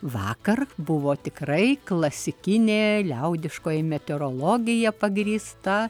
vakar buvo tikrai klasikinė liaudiškoji meteorologija pagrįsta